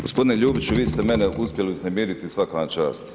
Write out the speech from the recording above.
Gospodine Ljubiću, vi ste mene uspjeli uznemiriti, svaka vam čast.